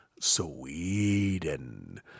Sweden